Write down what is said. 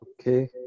Okay